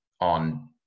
on